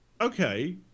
Okay